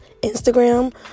Instagram